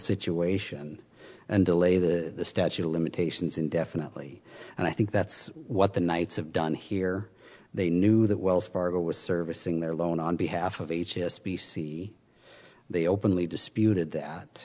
situation and delay the statute of limitations indefinitely and i think that's what the knights have done here they knew that wells fargo was servicing their loan on behalf of h s b c they openly disputed